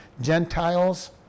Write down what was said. Gentiles